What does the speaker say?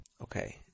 Okay